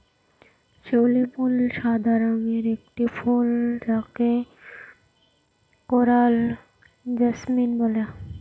শিউলি ফুল সাদা রঙের একটি ফুল যাকে কোরাল জাসমিন বলে